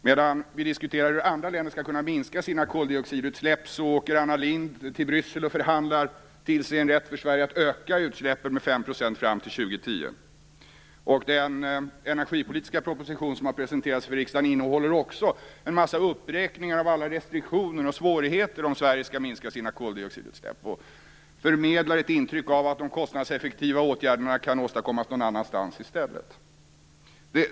Medan vi diskuterar hur andra länder skall kunna minska sina koldioxidutsläpp åker Anna Lindh till Bryssel och förhandlar till sig en rätt för Sverige att öka utsläppen med 5 % fram till år 2010. Den energipolitiska proposition som har presenterats för riksdagen innehåller också en mängd uppräkningar av alla restriktioner och svårigheter som uppstår om Sverige skall minska sina koldioxidutsläpp. Den förmedlar ett intryck av att de kostnadseffektiva åtgärderna kan åstadkommas någon annanstans i stället.